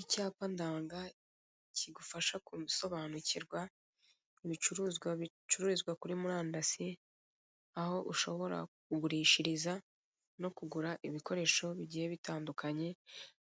Icyapa ndanga kigufasha gusonanukirwa ibicuruzwa bicururizwa kuri murandasi, aho ushobora kugurishiriza no kugura ibikoresho bigiye bitandukanye